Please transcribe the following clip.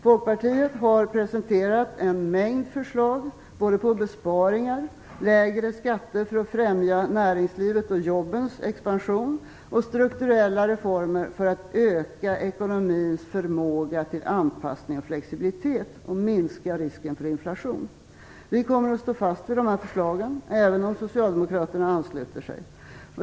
Folkpartiet har presenterat en mängd förslag både på besparingar, lägre skatter för att främja näringslivets och jobbens expansion och strukturella reformer för att öka ekonomins förmåga till anpassning och flexibilitet och minska risken för inflation. Vi kommer att stå fast vid dessa förslag även om socialdemokraterna ansluter sig.